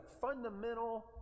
fundamental